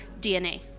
DNA